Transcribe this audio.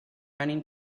running